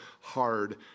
hard